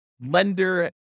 lender